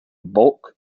bulk